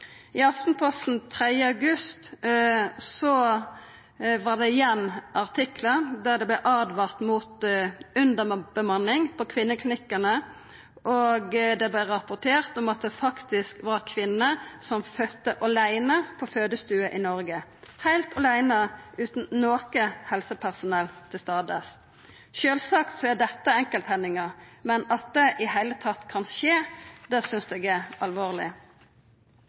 I Aftenposten 3. august i år var det igjen artiklar der det vart åtvara mot underbemanning på kvinneklinikkane, og det vart rapportert om at det faktisk var kvinner som fødde aleine på fødestove i Noreg – heilt aleine utan noko helsepersonell til stades. Sjølvsagt er dette enkelthendingar, men at det i det heile kan skje, synest eg er alvorleg.